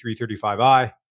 335i